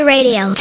Radio